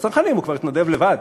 לצנחנים הוא כבר התנדב לבד.